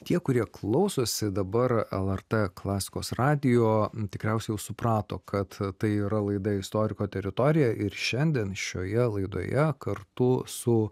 tie kurie klausosi dabar lrt klasikos radijo tikriausiai suprato kad tai yra laida istoriko teritorija ir šiandien šioje laidoje kartu su